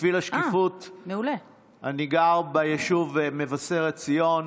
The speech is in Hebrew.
בשביל השקיפות, אני גר ביישוב מבשרת ציון.